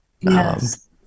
Yes